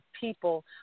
people